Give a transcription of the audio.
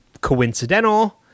coincidental